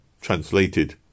translated